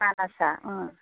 बानासआ